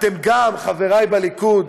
אתם גם, חברי בליכוד,